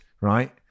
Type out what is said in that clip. right